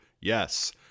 Yes